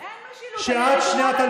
אין משילות,